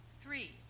Three